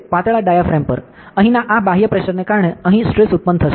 પાતળા ડાયાફ્રેમ પર અહીંના આ બાહ્ય પ્રેશરને કારણે અહીં સ્ટ્રેસ ઉત્પન્ન થશે